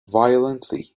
violently